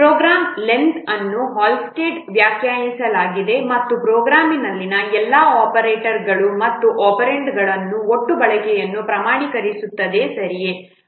ಪ್ರೋಗ್ರಾಂನ ಅನ್ನು ಹಾಲ್ಸ್ಟೆಡ್ನಿಂದ ವ್ಯಾಖ್ಯಾನಿಸಲಾಗಿದೆ ಇದು ಪ್ರೋಗ್ರಾಂನಲ್ಲಿನ ಎಲ್ಲಾ ಆಪರೇಟರ್ಗಳ ಮತ್ತು ಒಪೆರಾಂಡ್ಗಳ ಒಟ್ಟು ಬಳಕೆಯನ್ನು ಪ್ರಮಾಣೀಕರಿಸುತ್ತದೆ ಸರಿಯೇ